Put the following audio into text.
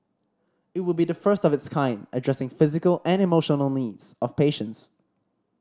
it would be the first of its kind addressing physical and emotional needs of patients